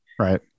Right